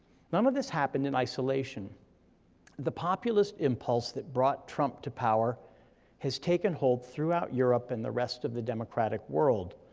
none of this happened in isolation the populist impulse that brought trump to power has taken hold throughout europe and the rest of the democratic world.